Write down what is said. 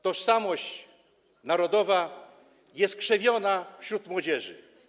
Tożsamość narodowa jest krzewiona wśród młodzieży.